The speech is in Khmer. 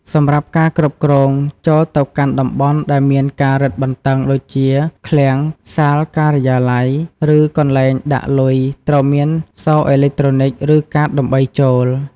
សម្រាប់ការគ្រប់គ្រងចូលទៅកាន់តំបន់ដែលមានការរឹតបន្តឹងដូចជា ឃ្លាំង សាលការិយាល័យ ឬកន្លែងដាក់លុយត្រូវមានសោអេឡិចត្រូនិកឫកាតដើម្បីចូល។